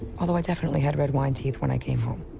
although i definitely had red wine teeth when i came home.